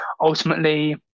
ultimately